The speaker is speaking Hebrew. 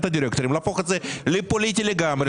הדירקטורים ולהפוך את זה לפוליטי לגמרי.